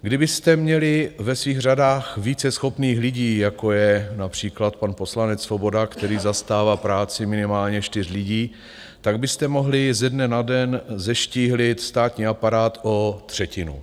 Kdybyste měli ve svých řadách více schopných lidí, jako je například pan poslanec Svoboda, který zastává práci minimálně čtyř lidí, tak byste mohli ze dne na den zeštíhlit státní aparát o třetinu.